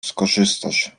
skorzystasz